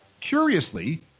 Curiously